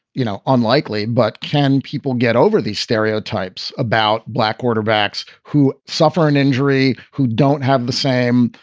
you know. unlikely. but can people get over these stereotypes about black quarterbacks who suffer an injury who don't have the same.